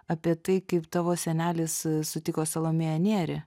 apie tai kaip tavo senelis sutiko salomėją nėrį